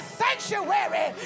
sanctuary